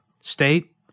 state